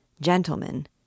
Gentlemen